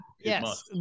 yes